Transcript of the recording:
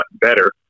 better